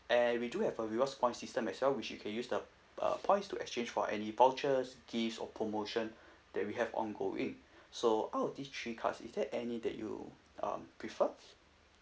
and we do have a rewards point system as well which you can use the uh points to exchange for any vouchers gifts or promotion that we have ongoing so out of these three cards is there any that you um prefer